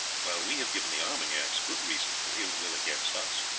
while we have given the armagnacs good reasons for ill-will against us.